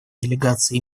делегации